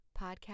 podcast